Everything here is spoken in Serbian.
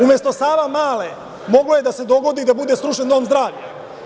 Umesto Savamale, moglo je da se dogodi da bude srušen dom zdravlja.